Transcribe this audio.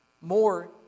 more